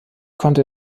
konnte